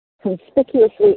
conspicuously